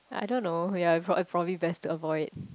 I don't know ya prob~ probably best to avoid